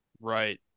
Right